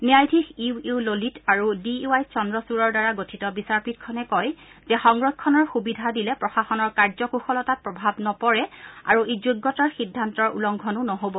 ন্যায়াধীশ U U Lalit আৰু D Y চন্দ্ৰচূড়ৰ দ্বাৰা গঠিত বিচাৰপীঠখনে কয় যে সংৰক্ষণৰ সুবিধা দিলে প্ৰশাসনৰ কাৰ্যকুশলতাত প্ৰভাৱ নপৰে আৰু ই যোগ্যতাৰ সিদ্ধান্তৰ উলংঘনো নহ'ব